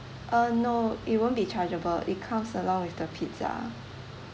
uh no it won't be chargeable it comes along with the pizza